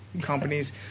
companies